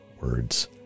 words